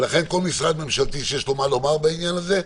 לכן כל משרד ממשלתי שיש לו מה לומר בעניין הזה,